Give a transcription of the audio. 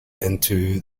into